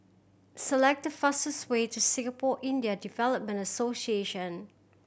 select the fastest way to Singapore Indian Development Association